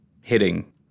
hitting